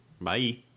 Bye